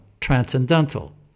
transcendental